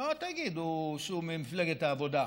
לא תגידו שהוא ממפלגת העבודה,